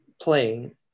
playing